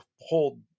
hold